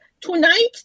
tonight